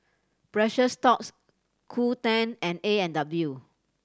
Precious Thots Qoo ten and A and W